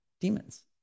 demons